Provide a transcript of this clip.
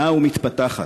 נעה ומתפתחת.